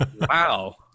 wow